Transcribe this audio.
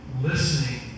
Listening